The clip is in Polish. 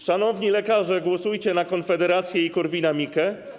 Szanowni lekarze, głosujcie na Konfederację i Korwina-Mikke.